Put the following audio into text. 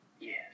yes